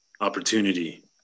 opportunity